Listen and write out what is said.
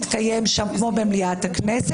אף אחד לא מצפה מכם להביא את התקציב ברמת הסעיף.